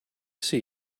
see